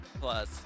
Plus